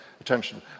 attention